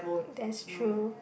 that's true